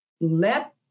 Let